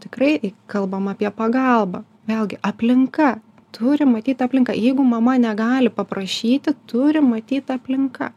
tikrai i kalbam apie pagalbą vėlgi aplinka turi matyt aplinką jeigu mama negali paprašyti turi matyt aplinka